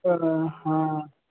आओर हॅं